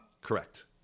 correct